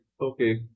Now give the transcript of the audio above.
okay